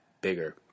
bigger